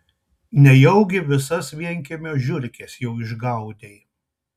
nejaugi visas vienkiemio žiurkes jau išgaudei